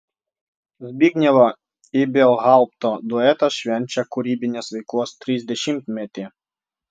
zbignevo ibelhaupto duetas švenčia kūrybinės veiklos trisdešimtmetį